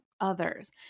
others